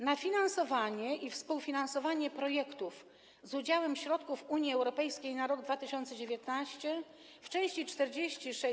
Na finansowanie i współfinansowanie projektów z udziałem środków Unii Europejskiej na rok 2019 w części 46: